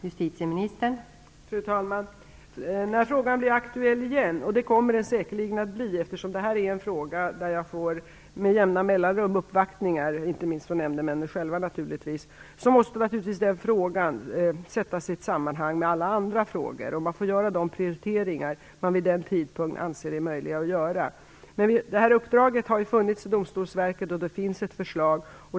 Fru talman! När frågan blir aktuell igen - och det kommer den säkerligen att bli, eftersom jag med jämna mellanrum får uppvaktningar om detta, naturligtvis inte minst från nämndemännen själva - måste den sättas in i sitt sammanhang med alla andra frågor. Man får göra de prioriteringar som man vid den tidpunkten anser är möjliga att göra. Uppdraget har funnits i Domstolsverket, och det finns ett förslag.